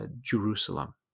Jerusalem